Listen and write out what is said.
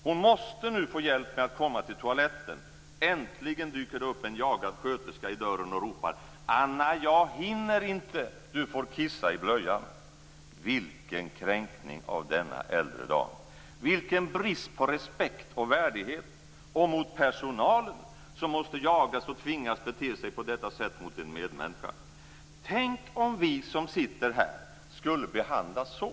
Hon måste nu få hjälp med att komma till toaletten. Äntligen dyker det upp en jagad sköterska i dörren, men hon ropar: Anna! Jag hinner inte. Du får kissa i blöjan! Vilken kränkning av denna äldre dam! Vilken brist på respekt och värdighet, också mot personalen, som måste jagas och tvingas bete sig på detta sätt mot en medmänniska! Tänk om vi som sitter här skulle behandlas så!